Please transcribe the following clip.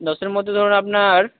দশের মধ্যে ধরুন আপনার